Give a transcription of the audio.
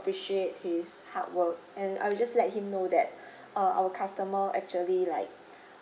his hard work and I will just let him know that err our customer actually like